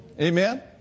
Amen